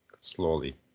slowly